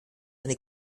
eine